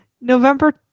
November